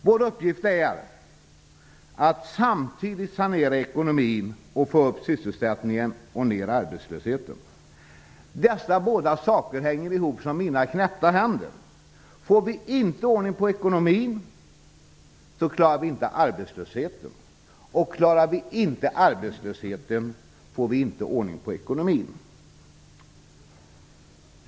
Vår uppgift är att sanera ekonomin samtidigt som vi får upp sysselsättningen och får ner arbetslösheten. Dessa saker hänger ihop som mina knäppta händer. Får vi inte ordning på ekonomin, klarar vi inte arbetslösheten, och klarar vi inte arbetslösheten, får vi inte ordning på ekonomin.